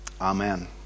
Amen